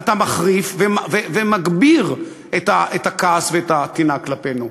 אתה מחריף ומגביר את הכעס ואת הטינה כלפינו.